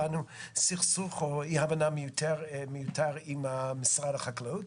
מכוח העבודה הפנימית של המשרד להגנת הסביבה ולא מכוח חוק של